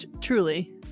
truly